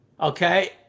Okay